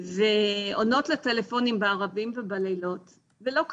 ועונות לטלפונים בערבים ובלילות ולא ככה,